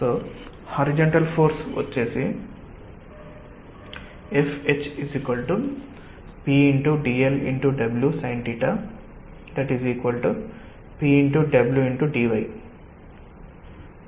so horizontal force వచ్చేసి FHp